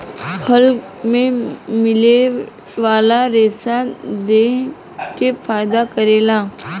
फल मे मिले वाला रेसा देह के फायदा करेला